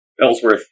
Ellsworth